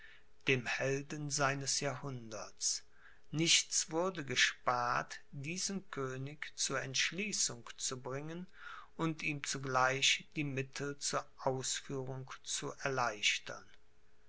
dem helden seines jahrhunderts nichts wurde gespart diesen könig zur entschließung zu bringen und ihm zugleich die mittel zur ausführung zu erleichtern